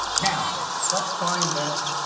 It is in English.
now let's find that